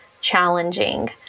challenging